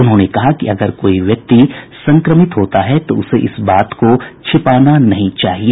उन्होंने कहा कि अगर कोई व्यक्ति संक्रमित होता है तो उसे इस बात को छिपाना नहीं चाहिए